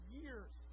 years